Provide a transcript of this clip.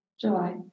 July